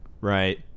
Right